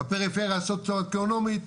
בפריפריה הסוציואקונומית,